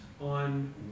on